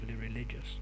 religious